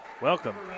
Welcome